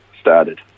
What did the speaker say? started